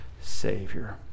Savior